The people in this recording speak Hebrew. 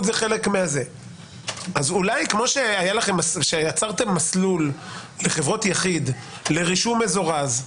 אולי כמו שיצרתם מסלול לחברות יחיד לרישום מזורז,